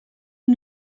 amb